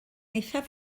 eithaf